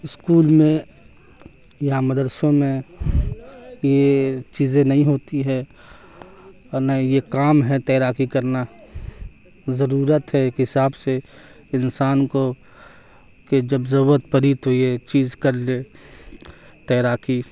school میں یا مدرسوں میں یہ چیزیں نہیں ہوتی ہے اور نہ یہ کام ہے تیراکی کرنا ضرورت ہے ایک حساب سے انسان کو کہ جب ضرورت پڑی تو یہ چیز کر لے تیراکی